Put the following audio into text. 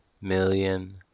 million